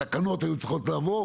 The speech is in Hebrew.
התקנות היו צריכות לעבור?